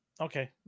Okay